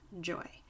joy